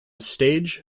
stage